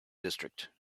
district